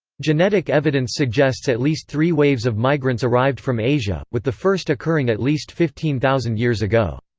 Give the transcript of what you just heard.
genetic evidence suggests at least three waves of migrants arrived from asia, with the first occurring at least fifteen thousand years ago.